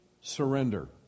surrender